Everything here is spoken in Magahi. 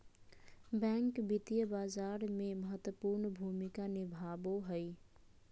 बैंक वित्तीय बाजार में महत्वपूर्ण भूमिका निभाबो हइ